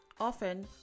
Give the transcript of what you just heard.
often